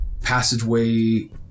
passageway